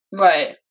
right